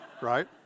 right